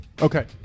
Okay